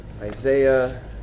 Isaiah